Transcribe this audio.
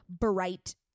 bright